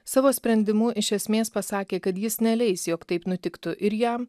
savo sprendimu iš esmės pasakė kad jis neleis jog taip nutiktų ir jam